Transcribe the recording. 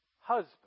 husband